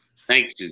Thanks